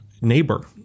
neighbor